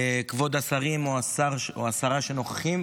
כבוד השרים או השרה שנוכחים